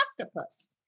octopus